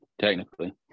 technically